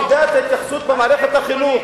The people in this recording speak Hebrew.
מידת ההתייחסות במערכת החינוך,